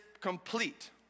complete